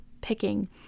picking